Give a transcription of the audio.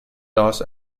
loss